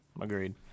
Agreed